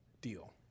deal